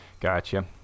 Gotcha